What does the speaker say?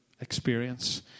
experience